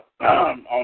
on